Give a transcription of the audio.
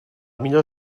millor